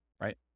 right